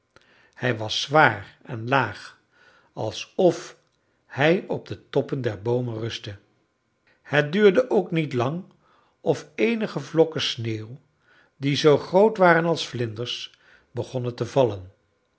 hij was zwaar en laag alsof hij op de toppen der boomen rustte het duurde ook niet lang of eenige vlokken sneeuw die zoo groot waren als vlinders begonnen te vallen